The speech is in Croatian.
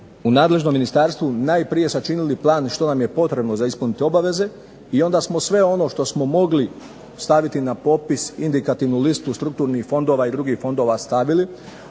u nadležnom ministarstvu najprije sačinili plan što nam je potrebno za ispuniti obaveze, i onda smo sve ono što smo mogli staviti na popis, indikativnu listu strukturnih fondova i drugih fondova stavili,